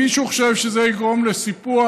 אם מישהו חושב שזה יגרום לסיפוח,